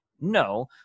No